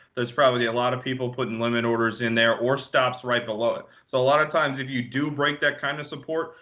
there's probably a lot of people putting limited orders in there or stops right below it. so a lot of times, if you do break that kind of support,